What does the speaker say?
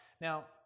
Now